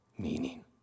meaning